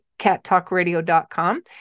cattalkradio.com